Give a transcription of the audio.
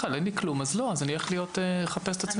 אין לי כלום אז לא אז אני אלך לחפש את עצמי.